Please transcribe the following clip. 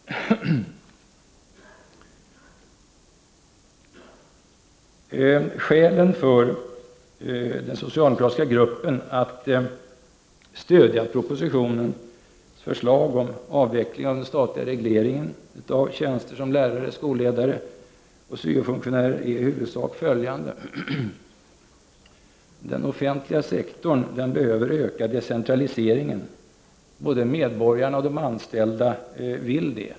Skälen för den socialdemokratiska gruppen att stödja propositionens förslag om avveckling av den statliga regleringen av tjänster som lärare, skolledare och syo-funktionärer är i huvudsak följande: Den offentliga sektorn behöver öka decentraliseringen. Både medborgarna och de anställda vill det.